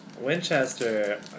Winchester